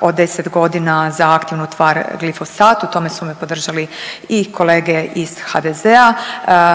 od 10 godina za aktivnu tvar glifosat. U tome su me podržali i kolege iz HDZ-a.